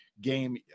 game